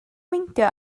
meindio